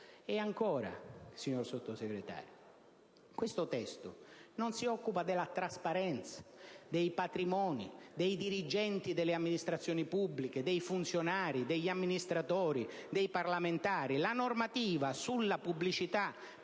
E ancora, signor Sottosegretario. Questo testo non si occupa della trasparenza sui patrimoni dei dirigenti delle amministrazioni pubbliche, dei funzionari, degli amministratori e dei parlamentari. La normativa sulla pubblicità